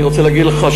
אני רוצה להגיד לך,